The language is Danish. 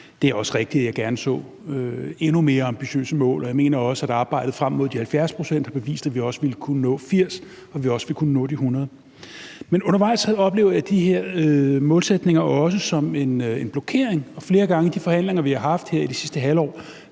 Det er også rigtigt, at jeg gerne så endnu mere ambitiøse mål, og jeg mener også, at arbejdet frem mod de 70 pct. har bevist, at vi ville kunne nå 80 pct. og også 100 pct. Men undervejs oplever jeg også de her målsætninger som en blokering, og flere gange i de forhandlinger, vi har haft her i det sidste halve